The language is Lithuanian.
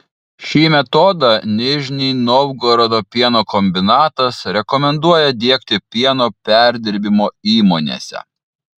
šį metodą nižnij novgorodo pieno kombinatas rekomenduoja diegti pieno perdirbimo įmonėse